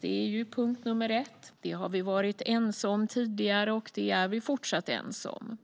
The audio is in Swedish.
Det är punkt nummer ett; det har vi varit ense om tidigare, och det är vi fortsatt ense om.